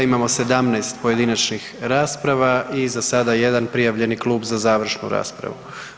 Imamo 17 pojedinačnih rasprava i za sada jedan prijavljeni klub za završnu raspravu.